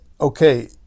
okay